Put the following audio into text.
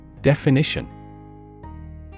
Definition